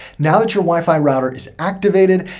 now that your wifi router is activated,